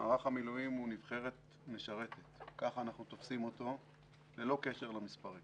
מערך המילואים הוא נבחרת משרתת ככה אנחנו תופסים אותו ללא קשר למספרים